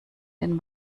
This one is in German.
den